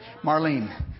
Marlene